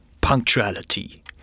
punctuality